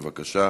בבקשה.